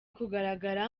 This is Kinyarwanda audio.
kugaragara